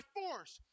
force